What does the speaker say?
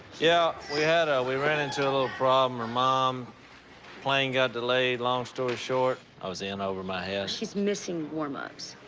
yeah, we had a we ran into a little problem. her mom plane got delayed. long story short, i was in over my head. she's missing warmups.